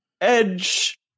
Edge